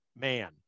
man